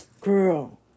girl